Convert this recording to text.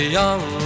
young